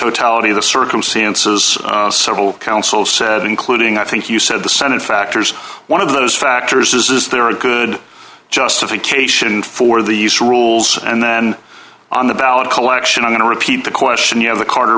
totality of the circumstances several councils said including i think you said the senate factors one of those factors is is there a good justification for these rules and then on the ballot collection i'm going to repeat the question you have the corner